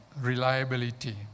reliability